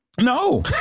No